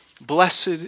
Blessed